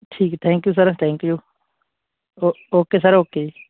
ਠੀਕ thank you sir thank you oh okay sir okay